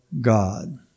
God